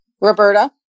roberta